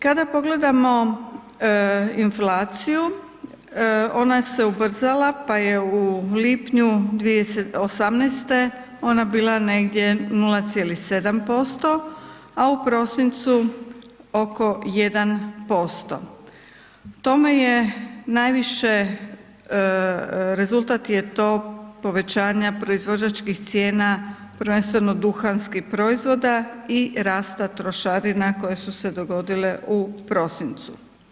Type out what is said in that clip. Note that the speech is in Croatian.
Kada pogledamo inflaciju, ona se ubrzala pa je u lipnju 2018.-te ona bila negdje 0,7%, a u prosincu oko 1%, tome je najviše, rezultat je to povećanja proizvođačkih cijena prvenstveno duhanskih proizvoda i rasta trošarina koje su se dogodile u prosincu.